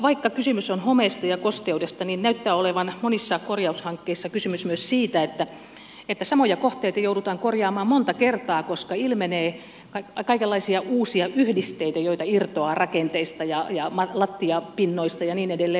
vaikka kysymys on homeesta ja kosteudesta niin näyttää olevan monissa korjaushankkeissa kysymys myös siitä että samoja kohteita joudutaan korjaamaan monta kertaa koska ilmenee kaikenlaisia uusia yhdisteitä joita irtoaa rakenteista ja lattiapinnoista ja niin edelleen